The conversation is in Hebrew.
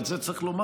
ואת זה צריך לומר,